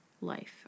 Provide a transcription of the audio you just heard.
life